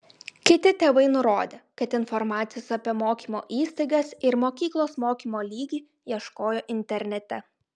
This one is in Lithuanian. kiti tėvai nurodė kad informacijos apie mokymo įstaigas ir mokyklos mokymo lygį ieškojo internete